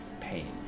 pain